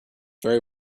very